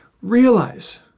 Realize